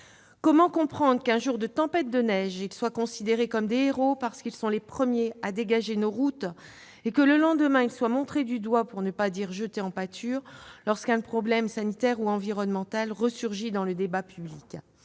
Comment comprendre que, un jour de tempête de neige, ils soient considérés comme des héros pour, les premiers, avoir dégagé nos routes, et que, le lendemain, ils soient montrés du doigt, pour ne pas dire jetés en pâture, lorsqu'un problème sanitaire ou environnemental resurgit dans le débat public ?